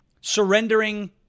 surrendering